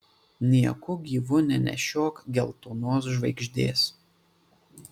nieku gyvu nenešiok geltonos žvaigždės